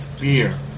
beer